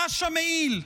דש המעיל,